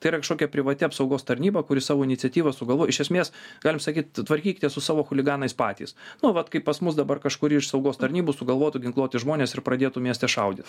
tai yra kažkokia privati apsaugos tarnyba kuri savo iniciatyva sugalvojo iš esmės galime sakyt tvarkykitės su savo chuliganais patys nu vat kaip pas mus dabar kažkuri iš saugos tarnybų sugalvotų ginkluoti žmones ir pradėtų mieste šaudyt